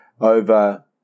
over